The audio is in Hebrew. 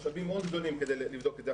משאבים מאוד גדולים כדי לבדוק את זה.